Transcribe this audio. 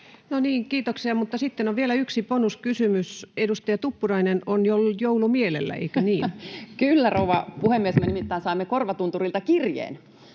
joulua. Sitten on vielä yksi bonuskysymys. Edustaja Tuppurainen on ollut joulumielellä, eikö niin? Kyllä, rouva puhemies! Me nimittäin saimme Korvatunturilta kirjeen,